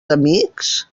amics